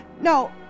No